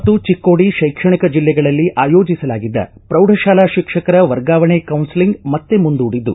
ಬೆಳಗಾವಿ ಮತ್ತು ಚಿಕ್ಕೋಡಿ ಶೈಕ್ಷಣಿಕ ಜಿಲ್ಲೆಗಳಲ್ಲಿ ಆಯೋಜಿಸಲಾಗಿದ್ದ ಪ್ರೌಢ ಶಾಲಾ ಶಿಕ್ಷಕರ ವರ್ಗಾವಣಿ ಕೌನ್ಲೆಲಿಂಗ್ ಮತ್ತೆ ಮುಂದೂಡಿದ್ದು